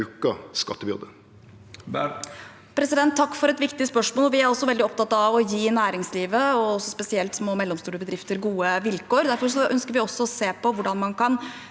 Takk for et viktig spørsmål. Vi er også veldig opptatt av å gi næringslivet, og spesielt små og mellomstore bedrifter, gode vilkår. Derfor ønsker vi å se på hvordan man kan